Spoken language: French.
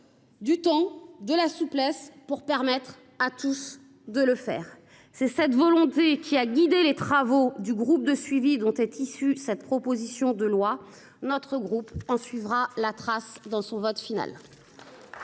du temps et de la souplesse pour que tous atteignent leur objectif. C’est cette volonté qui a guidé les travaux du groupe de suivi dont est issue cette proposition de loi ; notre groupe en suivra la trace dans son vote final.